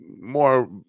more